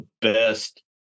best